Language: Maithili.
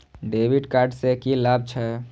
डेविट कार्ड से की लाभ छै?